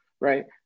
right